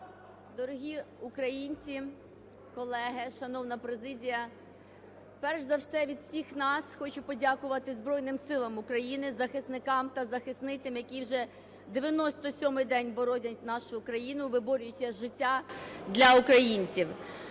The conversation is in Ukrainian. Дорогі українці, колеги, шановна президія! Перш за все від всіх нас хочу подякувати Збройним Силам України, захисникам та захисницям, які вже 97-й день боронять нашу Україну, виборюючи життя для українців.